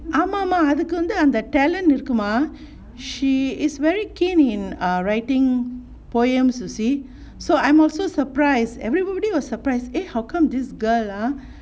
ஆமா ஆமா அதுக்கு:ama ama athukku talent இருக்குமா:irukuma she is very keen in err writing poems you see so I'm also surprised everybody was surprised eh how come this girl ah